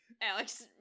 Alex